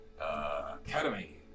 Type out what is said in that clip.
Academy